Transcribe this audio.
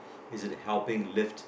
is it helping lift